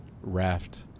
raft